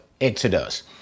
Exodus